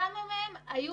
כמה מהם היו